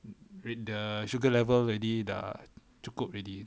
with the sugar level already dah cukup already